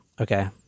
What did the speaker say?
okay